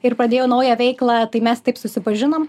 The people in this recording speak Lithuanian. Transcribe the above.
ir pradėjau naują veiklą tai mes taip susipažinom